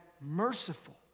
merciful